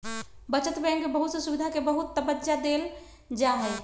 बचत बैंक में बहुत से सुविधा के बहुत तबज्जा देयल जाहई